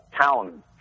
town